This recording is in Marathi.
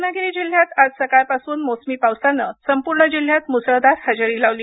रत्नागिरी जिल्ह्यात आज सकाळपासून मोसमी पावसानं संपूर्ण जिल्ह्यात मुसळधार हजेरी लावली